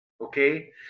Okay